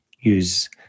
use